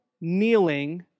kneeling